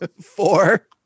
four